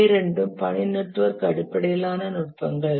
இவை இரண்டும் பணி நெட்வொர்க் அடிப்படையிலான நுட்பங்கள்